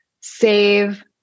save